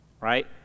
right